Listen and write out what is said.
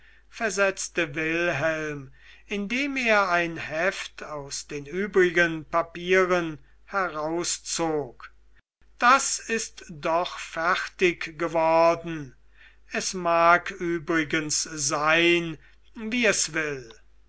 versetzte wilhelm indem er ein heft aus den übrigen papieren herauszog das ist doch fertig geworden es mag übrigens sein wie es will